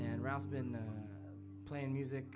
and around been playing music